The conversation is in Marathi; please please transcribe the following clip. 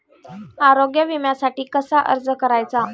आरोग्य विम्यासाठी कसा अर्ज करायचा?